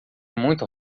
muito